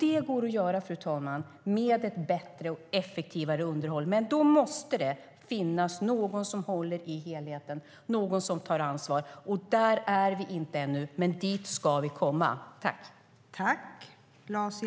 Det går att göra med ett bättre och effektivare underhåll. Men då måste det finnas någon som håller i helheten och tar ansvar. Där är vi inte ännu, men dit ska vi komma.